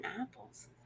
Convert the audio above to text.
apples